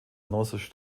nossas